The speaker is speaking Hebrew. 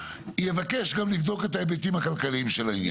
יבקש גם לבדוק את ההיבטים הכלכליים של העניין,